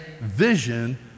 vision